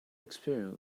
experimented